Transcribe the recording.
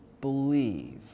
believe